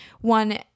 one